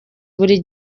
buri